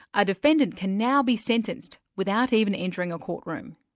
a defendant can now be sentenced without even entering a courtroom.